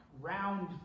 round